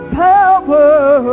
power